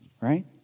Right